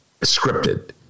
scripted